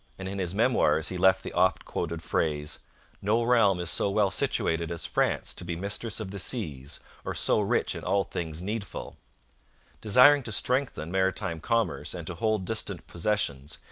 and in his memoirs he left the oft-quoted phrase no realm is so well situated as france to be mistress of the seas or so rich in all things needful desiring to strengthen maritime commerce and to hold distant possessions,